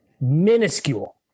minuscule